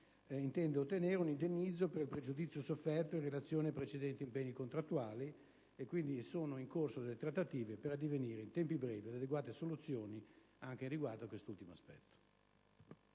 intende ottenere un indennizzo per il pregiudizio sofferto in relazione ai precedenti impegni contrattuali e quindi sono in corso delle trattative per addivenire in tempi brevi ad adeguate soluzioni anche riguardo a quest'ultimo aspetto.